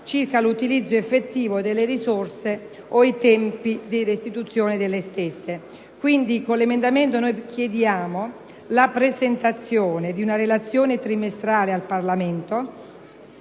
circa l'utilizzo effettivo delle risorse o i tempi di restituzione delle stesse. Quindi, con tale emendamento noi chiediamo la presentazione di una relazione trimestrale al Parlamento